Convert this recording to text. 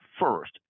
First